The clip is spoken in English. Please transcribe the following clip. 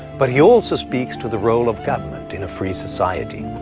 but he also speaks to the role of government in a free society.